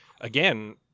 again